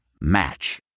Match